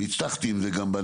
ניצחתי עם זה גם.